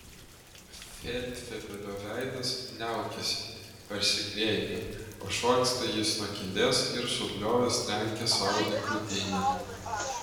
feldfebelio veidas niaukiasi persikreipia pašoksta jis nuo kėdės ir subliovęs trenkia sau į krūtinę